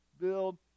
build